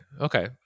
Okay